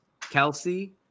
Kelsey